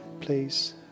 please